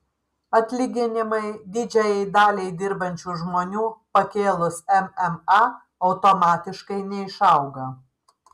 atlyginimai didžiajai daliai dirbančių žmonių pakėlus mma automatiškai neišauga